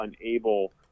unable